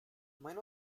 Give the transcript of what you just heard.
mein